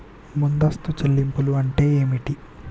ముందస్తు చెల్లింపులు అంటే ఏమిటి?